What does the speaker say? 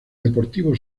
deportivo